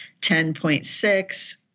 10.6